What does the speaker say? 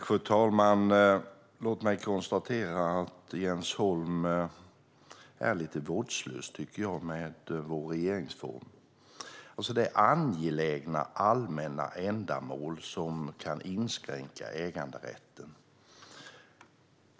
Fru talman! Jag tycker att Jens Holm är lite vårdslös med vår regeringsform. Det är angelägna allmänna ändamål som kan inskränka äganderätten.